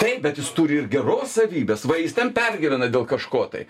taip bet jis turi ir geros savybės va jis ten pergyvena dėl kažko tai